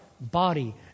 body